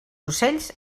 ocells